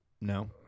No